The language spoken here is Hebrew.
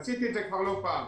עשיתי את זה לא פעם.